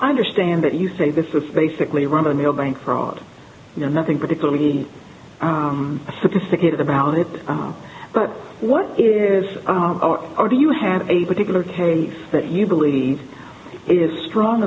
i understand that you say this is basically run by mail bank fraud you know nothing particularly sophisticated about it but what it is or do you have a particular case that you believe is strong